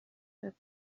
her